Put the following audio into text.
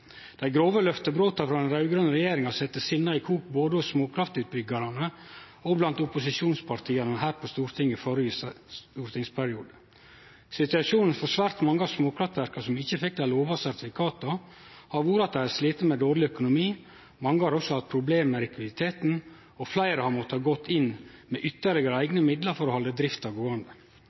Dei grove løftebrota frå den raud-grøne regjeringa sette sinna i kok både hos småkraftutbyggjarane og blant opposisjonspartia her på Stortinget i førre stortingsperiode. Situasjonen for svært mange av småkraftverka som ikkje fekk dei lova sertifikata, har vore at dei har slite med dårleg økonomi. Mange har også hatt problem med likviditeten, og fleire har måtta gå inn med ytterlegare eigne midlar for å halde drifta gåande.